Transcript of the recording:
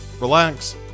relax